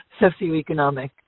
socioeconomic